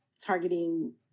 targeting